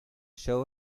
show